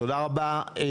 תודה רבה.